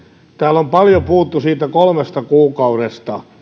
täällä on paljon puhuttu siitä kolmesta kuukaudesta